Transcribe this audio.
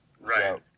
Right